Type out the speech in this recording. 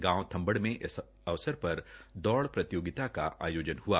गांव थंबड़ में इस अवसर पर दौड़ प्रतियोगिता का आयोजन हआ